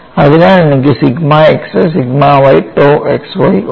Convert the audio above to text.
അതിനാൽ എനിക്ക് sigma x sigma y tau xy ഉണ്ട്